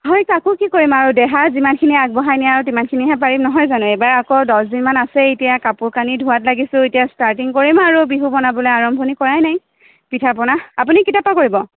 হয় তাতনো কি কৰিম আৰু দেহা যিমানখিনি আগবঢ়াই নিয়ে আৰু তিমানখিনিহে পাৰিম নহয় জানো এইবাৰ আকৌ দহদিনমান আছেই এতিয়া কাপোৰ কানি ধোৱাত লাগিছো এতিয়া ষ্টাৰ্টিং কৰিম আৰু বিহু বনাবলে আৰম্ভণি কৰাই নাই পিঠা পনা আপুনি কেতিয়াৰপৰা কৰিব